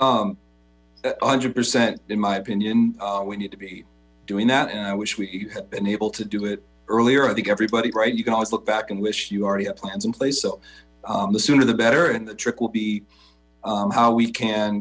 assessments a hundred percent in my opinion we need to be doing that and i wish we had been able to do it earlier i think everybody right you can always look back and wish you already had plans in place the sooner the better and the trick will be how we can